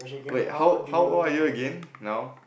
wait how how old are you again now